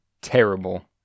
terrible